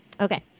Okay